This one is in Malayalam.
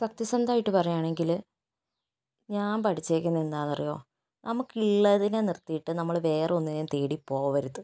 സത്യസന്ധമായിട്ട് പറയുകയാണെങ്കിൽ ഞാൻ പഠിച്ചേക്കുന്നത് എന്താ എന്ന് അറിയുമോ നമുക്കുള്ളതിനെ നിർത്തിയിട്ട് നമ്മൾ വേറെ ഒന്നിനേയും തേടിപ്പോവരുത്